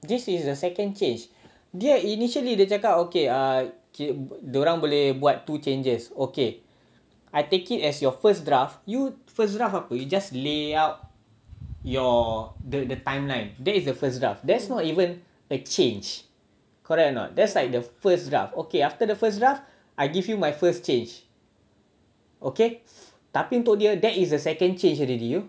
this is the second change dia initially dia cakap okay dia orang boleh buat two changes okay I take it as your first draft you first draft apa you just layout your the timeline that is the first draft that's not even a change correct or not that's like the first draft okay after the first draft I give you my first change okay tapi untuk dia that is the second change already you